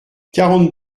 quarante